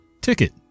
Ticket